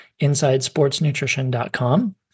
insidesportsnutrition.com